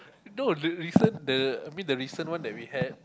no the recent the I mean the recent one that we had